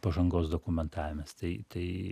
pažangos dokumentavimas tai tai